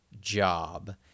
job